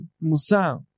Musa